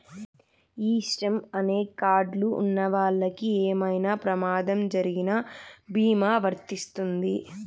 ఈ శ్రమ్ అనే కార్డ్ లు ఉన్నవాళ్ళకి ఏమైనా ప్రమాదం జరిగిన భీమా వర్తిస్తుంది